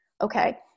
Okay